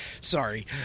Sorry